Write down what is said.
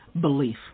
belief